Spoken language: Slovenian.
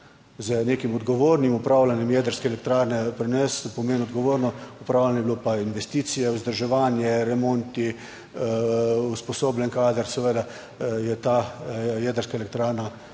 Z nekim odgovornim upravljanjem jedrske elektrarne pri nas pomeni odgovorno upravljanje, je bilo pa investicije, vzdrževanje, remonti, usposobljen kader, seveda je ta jedrska elektrarna